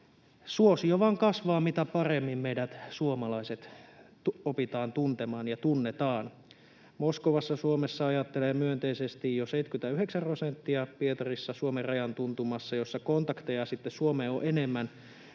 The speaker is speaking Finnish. suosio vain kasvaa, mitä paremmin meidät suomalaiset opitaan tuntemaan ja tunnetaan: Moskovassa Suomesta ajattelee myönteisesti jo 79 prosenttia, ja Pietarissa, Suomen rajan tuntumassa, missä kontakteja Suomeen on enemmän,